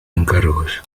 encargos